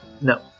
no